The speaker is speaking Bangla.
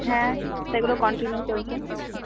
হ্যাঁ সেগুলো কন্টিনিউ চলছে